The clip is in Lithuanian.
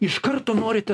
iš karto norite